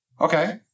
Okay